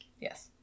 Yes